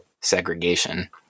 segregation